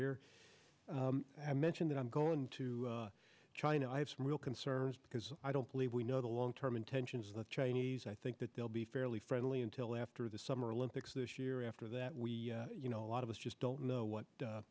here i mention that i'm going to try and i have some real concerns because i don't believe we know the long term intentions of the chinese i think that they'll be fairly friendly until after the summer olympics this year after that we you know a lot of us just don't know what